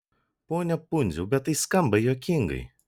pone pundziau bet tai skamba juokingai